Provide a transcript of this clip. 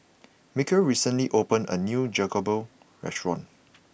Mykel recently opened a new Jokbal restaurant